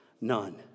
None